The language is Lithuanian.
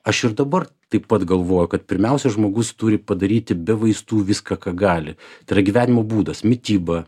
aš ir dabar taip pat galvoju kad pirmiausia žmogus turi padaryti be vaistų viską ką gali tai yra gyvenimo būdas mityba